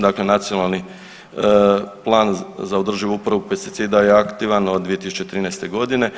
Dakle, Nacionalni plan za održivu uporabu pesticida je aktivan od 2013. godine.